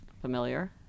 familiar